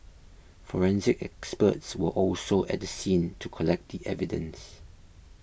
forensic experts were also at the scene to collect the evidence